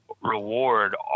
reward